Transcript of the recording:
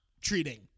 treating